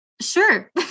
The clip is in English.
Sure